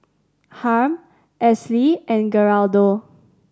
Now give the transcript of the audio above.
Harm Esley and Geraldo